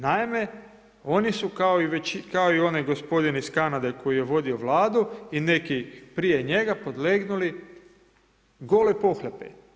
Naime, oni su kao i onaj gospodin iz Kanade koji je vodio Vladu i neki prije njega, podlegnuli goloj pohlepi.